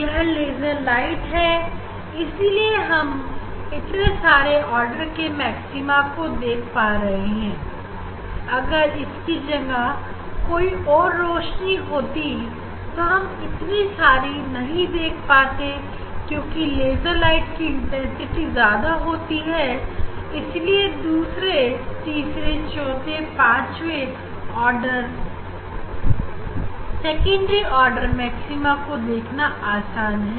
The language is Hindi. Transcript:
यह लेजर लाइट है इसीलिए हम इतने सारे ऑर्डर के मैक्सिमा को देख पा रहे हैं अगर इसकी जगह कोई और रोशनी होती तो हम इतने सारे नहीं देख पाते क्योंकि लेजर लाइट की इंटेंसिटी ज्यादा होती है इसीलिए पहले दूसरे तीसरे चौथे पांचवें ऑर्डर सेकेंडरी मैक्सिमा को देखना आसान है